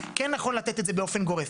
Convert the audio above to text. כן נכון לתת את זה באופן גורף.